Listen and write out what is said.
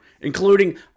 including